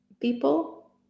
people